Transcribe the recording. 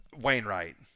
Wainwright